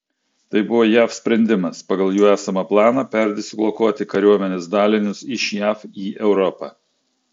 tai buvo jav sprendimas pagal jų esamą planą perdislokuoti kariuomenės dalinius iš jav į europą